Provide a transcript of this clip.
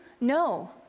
No